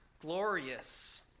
glorious